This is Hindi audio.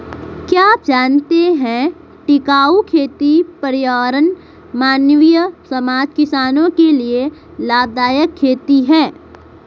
क्या आप जानते है टिकाऊ खेती पर्यावरण, मानवीय समाज, किसानो के लिए लाभदायक खेती है?